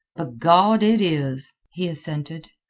b'gawd, it is, he assented.